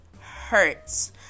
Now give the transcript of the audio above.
hurts